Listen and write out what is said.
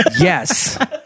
Yes